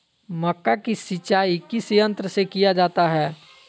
मक्का की सिंचाई किस यंत्र से किया जाता है?